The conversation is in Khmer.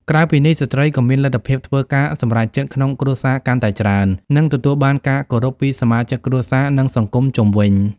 ក្រៅពីនេះ ស្ត្រីក៏មានលទ្ធភាពធ្វើការសម្រេចចិត្តក្នុងគ្រួសារកាន់តែច្រើន និងទទួលបានការគោរពពីសមាជិកគ្រួសារ និងសង្គមជុំវិញ។